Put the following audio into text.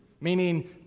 meaning